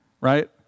right